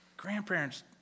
grandparents